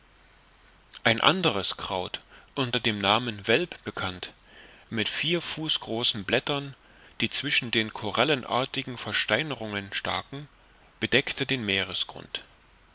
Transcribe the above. ein anderes kraut unter dem namen velp bekannt mit vier fuß großen blättern die zwischen den korallenartigen versteinerungen staken bedeckte den meeresgrund